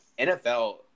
NFL